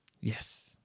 Yes